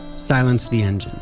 silenced the engine.